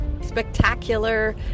spectacular